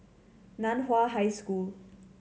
Nan Hua High School